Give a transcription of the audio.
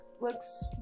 looks